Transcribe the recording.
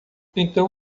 então